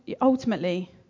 ultimately